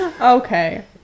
Okay